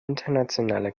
internationale